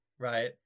right